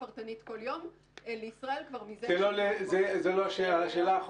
פרטנית כל יום כבר מזה --- זו לא השאלה,